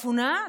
אפונה?